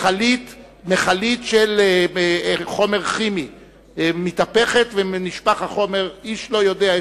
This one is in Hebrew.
מכלית של חומר כימי מתהפכת ונשפך החומר איש לא יודע,